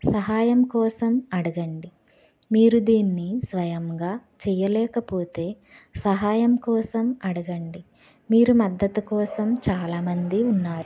సహాయం కోసం అడగండి మీరు దీన్ని స్వయముగా చేయలేకపోతే సహాయం కోసం అడగండి మీరు మద్ధతు కోసం చాలా మంది ఉన్నారు